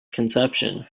conception